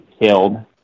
killed